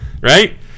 right